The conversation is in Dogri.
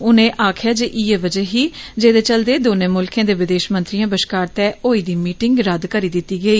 उनें आक्खेआ जे इयै वजह ही जेदे चलदे दौनें मुल्खें दे विदेश मंत्रिएं बश्कार तैय होई दी मीटिंग रद्द करी दिती गेई